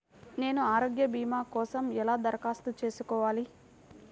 నేను ఆరోగ్య భీమా కోసం ఎలా దరఖాస్తు చేసుకోవాలి?